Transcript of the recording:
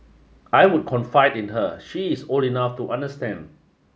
I would confide in her she is old enough to understand